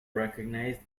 recognised